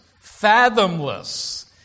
fathomless